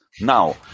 now